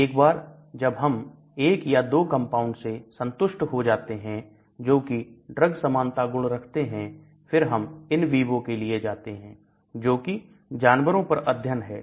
एक बार जब हम एक या दों कंपाउंड से संतुष्ट हो जाते हैं जोकि ड्रग समानता गुण रखते हैं फिर हम इन वीवो के लिए जाते हैं जोकि जानवरों पर अध्ययन है